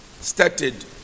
started